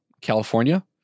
California